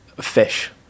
Fish